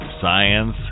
science